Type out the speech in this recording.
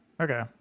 Okay